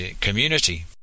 community